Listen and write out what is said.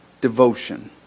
devotion